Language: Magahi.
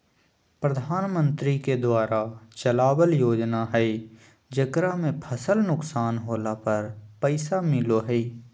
प्रधानमंत्री के द्वारा चलावल योजना हइ जेकरा में फसल नुकसान होला पर पैसा मिलो हइ